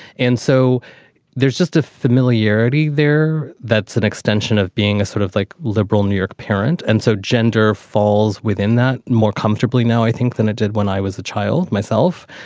and so there's just a familiarity there that's an extension of being a sort of like liberal new york parent. and so gender falls within that more comfortably now i think than it did when i was a child myself.